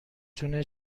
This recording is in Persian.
تونه